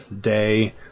day